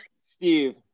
Steve